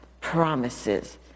promises